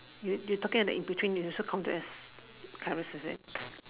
you you talking the in between you also counted as carrot is it